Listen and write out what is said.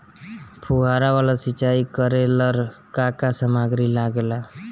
फ़ुहारा वाला सिचाई करे लर का का समाग्री लागे ला?